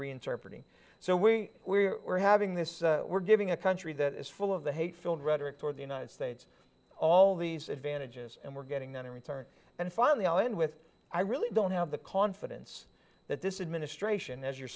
reinterpreting so we are having this we're giving a country that is full of the hate filled rhetoric toward the united states all these advantages and we're getting that in return and finally i'll end with i really don't have the confidence that this administration as you're